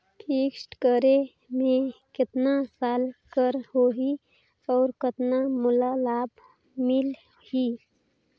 Fixed करे मे कतना साल कर हो ही और कतना मोला लाभ मिल ही?